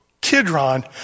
Kidron